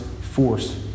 force